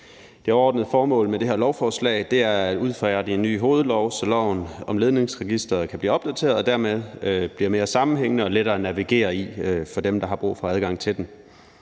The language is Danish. Det overordnede formål med det her lovforslag er at udfærdige en ny hovedlov, så loven om Ledningsregistret kan blive opdateret og dermed blive mere sammenhængende og lettere at navigere i for dem, der har brug for adgang til den.